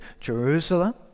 Jerusalem